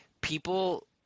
people